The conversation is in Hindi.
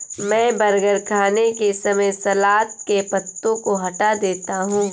मैं बर्गर खाने के समय सलाद के पत्तों को हटा देता हूं